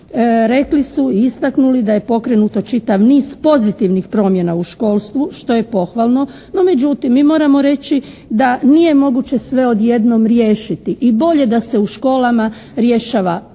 rekli su i istaknuli da je pokrenuto čitav niz pozitivnih promjena u školstvu što je pohvalno. No međutim, mi moramo reći da nije moguće sve odjednom riješiti i bolje da se u školama rješava postepeno,